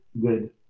good